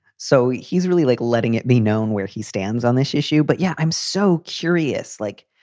so he's really like letting it be known where he stands on this issue. but, yeah, i'm so curious. like,